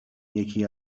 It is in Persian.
یکی